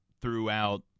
throughout